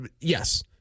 yes